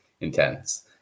intense